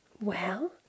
Well